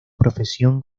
profesión